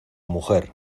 mujer